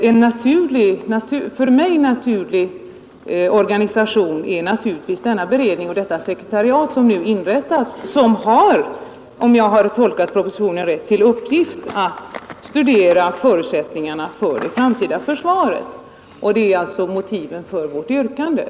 En för mig naturlig organisation för sådana studier är denna beredning och detta sekretariat som nu inrättas och som, om jag har tolkat propositionen rätt, har till uppgift att studera förutsättningarna för det framtida försvaret. Det är motiven för våra yrkanden.